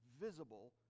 visible